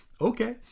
Okay